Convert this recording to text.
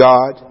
God